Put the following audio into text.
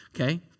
Okay